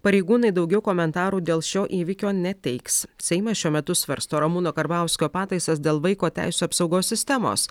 pareigūnai daugiau komentarų dėl šio įvykio neteiks seimas šiuo metu svarsto ramūno karbauskio pataisas dėl vaiko teisių apsaugos sistemos